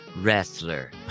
wrestler